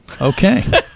Okay